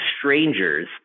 strangers